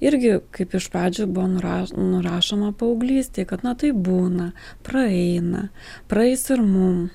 irgi kaip iš pradžių buvo nuraš nurašoma paauglystei kad na taip būna praeina praeis ir mum